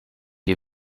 you